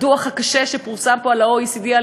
הדוח הקשה שפורסם פה על-ידי ה-OECD על